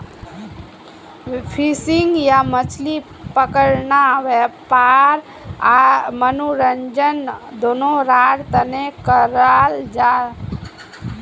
fishing या मछली पकड़ना वयापार आर मनोरंजन दनोहरार तने कराल जाहा